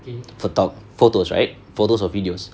photos right photos or videos